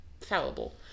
fallible